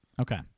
Okay